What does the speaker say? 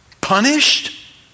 punished